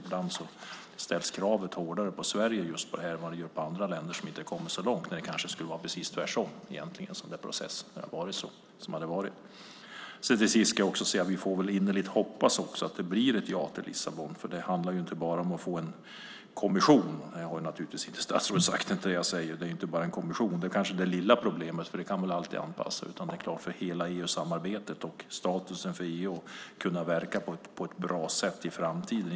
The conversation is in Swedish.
Ibland ställs kravet hårdare på Sverige än på andra länder som inte har kommit så långt, när det egentligen kanske skulle vara tvärtom i en sådan här process. Till sist ska jag också säga att vi får innerligt hoppas att det blir ett ja till Lissabonfördraget. Det handlar ju inte bara om att få en kommission - jag menar nu inte att statsrådet har sagt det. Det kanske är det lilla problemet, för det kan man alltid anpassa. Det handlar också om hela EU-samarbetet, statusen för EU och att EU ska kunna verka på ett bra sätt i framtiden.